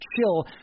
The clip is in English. chill